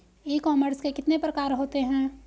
ई commerce के कितने प्रकार होते हैं?